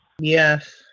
Yes